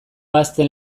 ahazten